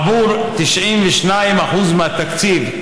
עבור 92% מהתקציב,